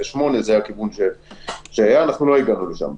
0.8. למרות שלא הגענו לשם,